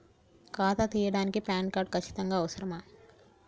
ఖాతా తీయడానికి PAN card ఖచ్చితంగా అవసరమా?